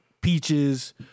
peaches